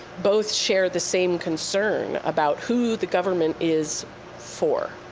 both share the same concern about who the government is for.